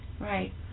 Right